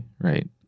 right